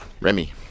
Remy